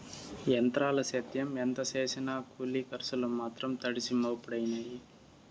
ఎంత్రాల సేద్యం ఎంత సేసినా కూలి కర్సులు మాత్రం తడిసి మోపుడయినాయి